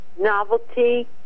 novelty